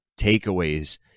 takeaways